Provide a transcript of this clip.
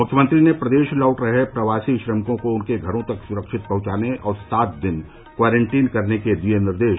मुख्यमंत्री ने प्रदेश लौट रहे प्रवासी श्रमिकों को उनके घरों तक सुरक्षित पहुंचाने और सात दिन क्वारेंटीन करने के दिये निर्देश